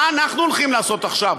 מה אנחנו הולכים לעשות עכשיו?